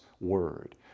Word